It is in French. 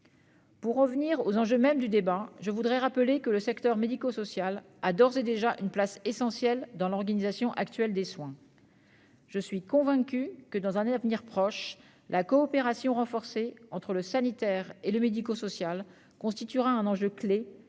Pour revenir au coeur même du débat, je voudrais rappeler que le secteur médico-social a d'ores et déjà une place essentielle dans l'organisation actuelle des soins. Je suis convaincue que, dans un avenir proche, la coopération renforcée entre le sanitaire et le médico-social constituera un enjeu clé et pourra apporter